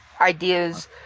ideas